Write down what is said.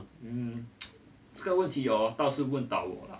um 这个问题哦倒是问倒我了